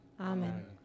amen